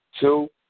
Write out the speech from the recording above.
Two